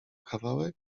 kawałek